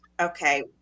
Okay